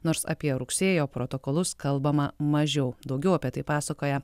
nors apie rugsėjo protokolus kalbama mažiau daugiau apie tai pasakoja